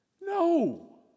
No